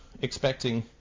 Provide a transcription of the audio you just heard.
expecting